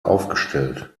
aufgestellt